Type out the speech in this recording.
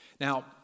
Now